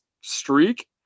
streak